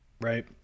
right